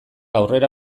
aurrera